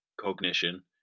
cognition